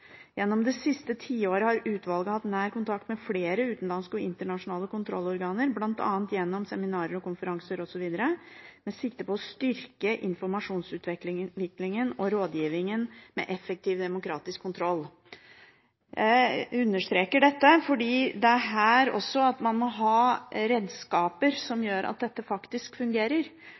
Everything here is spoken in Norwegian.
Gjennom de siste årene har utvalget hatt nær kontakt med flere utenlandske og internasjonale kontrollorganer, bl.a. gjennom seminarer, konferanser med sikte på å styrke informasjonsutveksling og rådgivning for mer effektiv demokratisk kontroll.» Jeg understreker dette fordi her må man ha redskaper som gjør at dette faktisk fungerer,